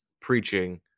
preaching